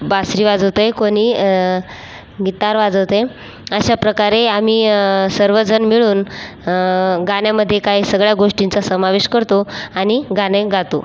बासरी वाजवतंय कोणी गीतार वाजवतंय अशाप्रकारे आम्ही सर्वजण मिळून गाण्यामध्ये काही सगळ्या गोष्टींचा समावेश करतो आणि गाणे गातो